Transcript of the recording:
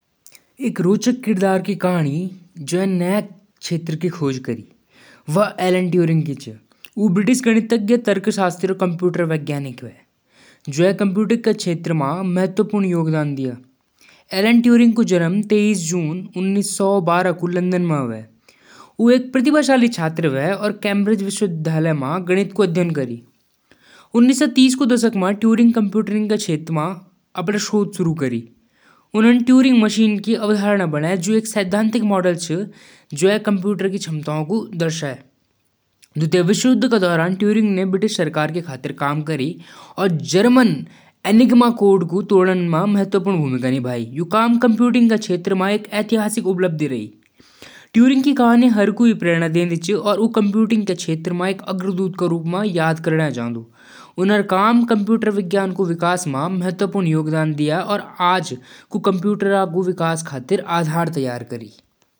पहले दाल चावल क कुकर म लगादु। साथ म झटपट सब्जी, जैसाकु आलू भुजिया या पनीर बना सकदु। सलाद और पापड़ तुरन्त तैयार होलु। मीठा म फल काटदु। पहाड़ी शैली म तड़का दाल म डालदु त स्वाद बढ़ालु।